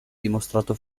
dimostrato